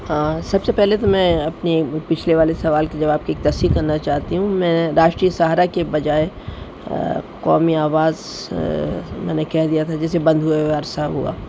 ہاں سب سے پہلے تو میں اپنے پچھلے والے سوال کے جواب کی تصحیح کرنا چاہتی ہوں میں راشٹریہ سہارا کے بجائے قومی آواز میں نے کہہ دیا تھا جسے بند ہوئے ہوئے عرصہ ہوا